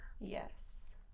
Yes